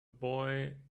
boy